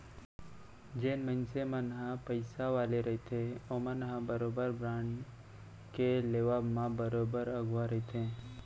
जेन मनसे मन ह पइसा वाले रहिथे ओमन ह बरोबर बांड के लेवब म बरोबर अघुवा रहिथे